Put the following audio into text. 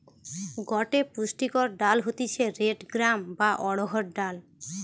গটে পুষ্টিকর ডাল হতিছে রেড গ্রাম বা অড়হর ডাল